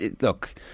look